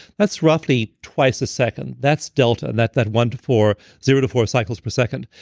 that's roughly twice a second. that's delta that that one to four, zero to four cycles per second.